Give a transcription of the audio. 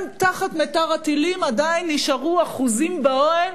תחת מטר הטילים הם עדיין נשארו אחוזים באוהל